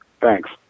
Thanks